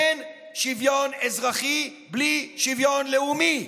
אין שוויון אזרחי בלי שוויון לאומי,